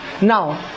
now